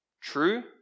True